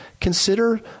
Consider